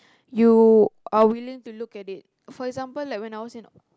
you are willing to look at it for example like when I was in